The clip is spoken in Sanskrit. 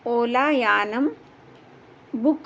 ओला यानं बुक्